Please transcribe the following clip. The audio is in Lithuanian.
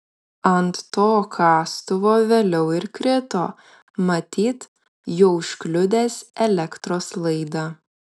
ant to kastuvo vėliau ir krito matyt juo užkliudęs elektros laidą